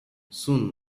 soon